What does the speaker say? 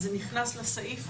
זה נכנס לסעיף,